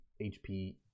hp